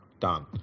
done